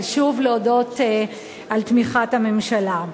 ושוב להודות על תמיכת הממשלה.